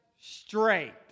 straight